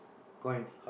coins